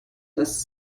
lässt